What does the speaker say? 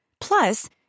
Plus